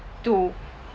to